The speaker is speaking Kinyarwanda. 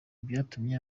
byatumye